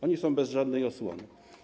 Oni są bez żadnej osłony.